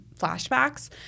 flashbacks